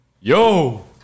yo